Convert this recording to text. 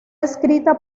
escrita